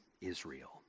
Israel